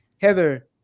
Heather